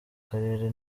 karere